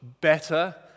better